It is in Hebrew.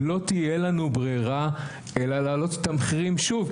לא תהיה לנו ברירה אלא להעלות את המחירים שוב,